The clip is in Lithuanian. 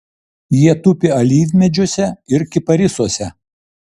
jie tupi alyvmedžiuose ir kiparisuose